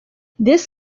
this